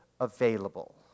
available